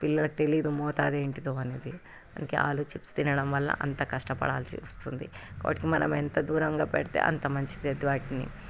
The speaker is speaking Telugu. పిల్లలు తెలియదు మోతాదు ఏంటిదో అనేది ఇంకా ఆలు చిప్స్ తినడం వల్ల అంత కష్టపడాల్సి వస్తుంది వాటికి మనం ఎంత దూరంగా పెడితే అంత మంచిది వాటిని